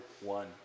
one